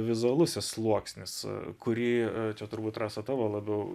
vizualusis sluoksnis kurį čia turbūt rasa tavo labiau